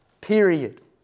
Period